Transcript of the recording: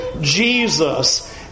Jesus